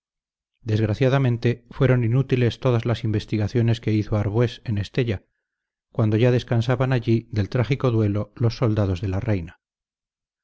desgraciadamente fueron inútiles todas las investigaciones que hizo arbués en estella cuando ya descansaban allí del trágico duelo los soldados de la reina